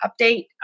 update